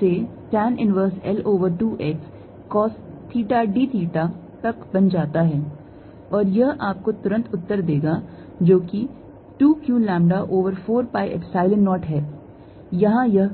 से tan inverse L over 2 x cos theta d theta तक बन जाता है और यह आपको तुरंत उत्तर देगा जो कि 2 q lambda over 4 pi Epsilon 0 है यहाँ यह x भी था